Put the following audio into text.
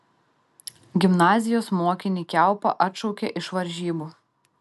gimnazijos mokinį kiaupą atšaukė iš varžybų